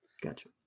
Gotcha